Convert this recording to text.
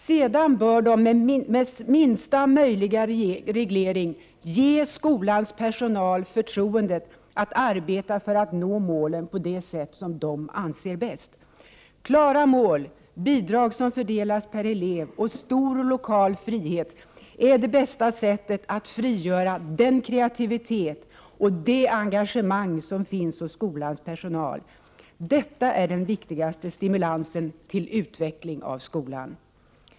Sedan bör de med minsta möjliga reglering ge skolans personal förtroendet att arbeta för att nå målen på det sätt de anser bäst. Klara mål, bidrag som fördelas per elev och stor lokal frihet är det bästa sättet att frigöra den kreativitet och det engagemang som finns hos skolans personal. Detta är den viktigaste stimulansen till utveckling av skolan.